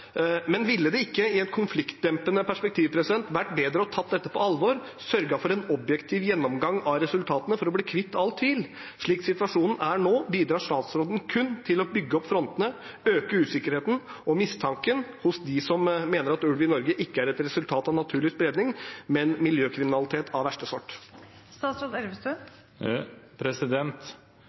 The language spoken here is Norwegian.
ikke i et konfliktdempende perspektiv vært bedre å ta dette på alvor og sørge for en objektiv gjennomgang av resultatene for å bli kvitt all tvil? Slik situasjonen er nå, bidrar statsråden kun til å bygge opp frontene, øke usikkerheten og mistanken hos dem som mener at ulv i Norge ikke er et resultat av naturlig spredning, men miljøkriminalitet av verste